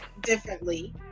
differently